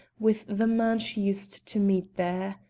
with the man she used to meet there.